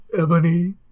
Ebony